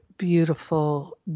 beautiful